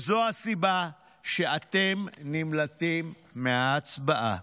וזו הסיבה שאתם נמלטים מההצבעה.